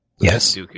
Yes